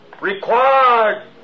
required